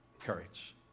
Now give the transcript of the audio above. courage